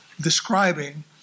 describing